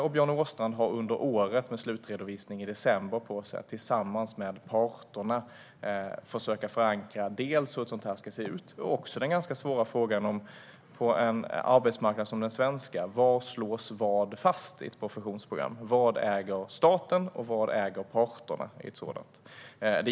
Och Björn Åstrand har året på sig - slutredovisning ska ske i december - att tillsammans med parterna försöka förankra hur något sådant ska se ut. De ska också reda ut den ganska svåra frågan, på en sådan arbetsmarknad som den svenska, om vad som slås fast var i ett professionsprogram. Vad äger staten, och vad äger parterna?